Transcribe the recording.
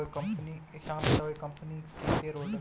श्याम के ताऊ एक कम्पनी के शेयर होल्डर हैं